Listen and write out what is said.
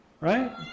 Right